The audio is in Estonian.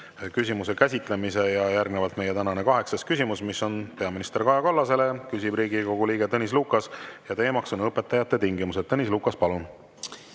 küsimuse käsitlemise. Järgnevalt meie tänane kaheksas küsimus, mis on peaminister Kaja Kallasele. Küsib Riigikogu liige Tõnis Lukas ja teema on õpetajate tingimused. Tõnis Lukas, palun!